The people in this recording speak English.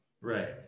Right